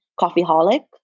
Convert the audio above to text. Coffeeholic